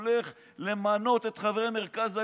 הולך למנות את חברי מרכז הליכוד.